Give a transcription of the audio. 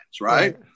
right